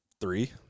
three